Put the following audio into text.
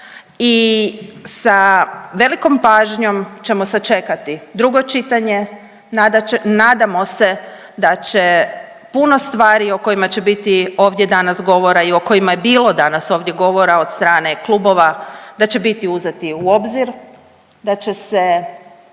i sa velikom pažnjom ćemo sačekati drugo čitanje. Nadamo se da će puno stvari o kojima će biti ovdje danas govora i o kojima je bilo danas ovdje govora od strane klubova da će biti uzeti u obzir, da će se